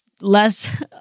less